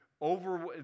over